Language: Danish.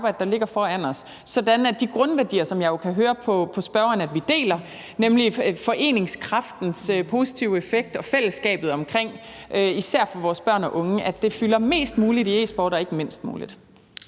sådan at de grundværdier, som jeg jo kan høre på spørgeren vi deler, nemlig foreningskraftens positive effekt og fællesskabet omkring det, især for vores børne og unge, fylder mest muligt inden for e-sporten og ikke mindst muligt.